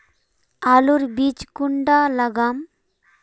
आलूर बीज कुंडा लगाम?